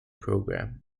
program